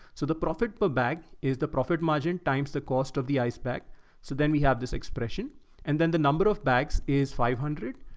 so the profit per bag is the profit margin times the cost of the ice bag. so then we have this expression and then the number of bags is five hundred.